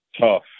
tough